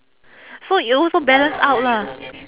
so it also balance out lah